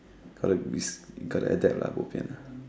gotta this you gotta adapt lah bo pian ah